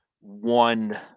One